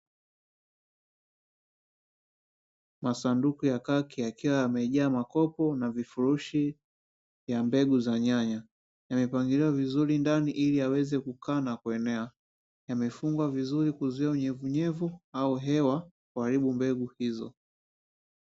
Masanduku ya kaki yakiwa yamejaa makopo na vifurushi vya mbegu za nyanya, yamepangiliwa vizuri ndani ili yaweze kukaa na kuenea, yamefungwa vizuri kuzuia unyevunyevu au hewa kuharibu mbegu hizo.